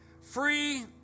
Free